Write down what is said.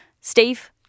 steve